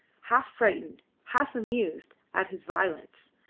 half frightened, half amused, at his violence.